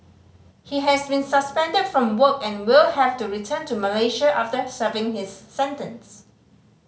he has been suspended from work and will have to return to Malaysia after serving his sentence